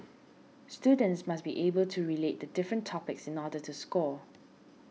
students must be able to relate the different topics in order to score